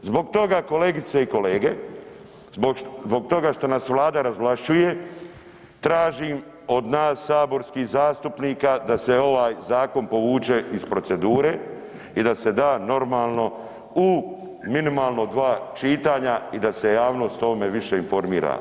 Zbog toga kolegice i kolege, zbog toga što nas Vlada razvlašćuje tražim od nas saborskih zastupnika da se ovaj zakon povuče iz procedure i da se da normalno u minimalno 2 čitanja i da se javnost o ovome više informira.